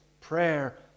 prayer